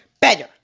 better